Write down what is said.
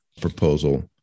proposal